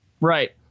Right